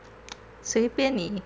随便你